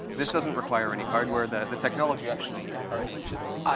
this doesn't require any hardware. the technology actually already exists.